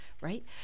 Right